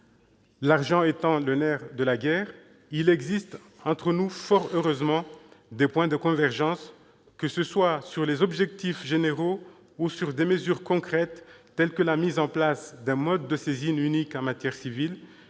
l'argent étant le nerf de la guerre -, il existe entre nous, fort heureusement, des points de convergence, que ce soit sur les objectifs généraux ou sur des mesures concrètes, telles que la mise en place d'un mode de saisine unique en matière civile,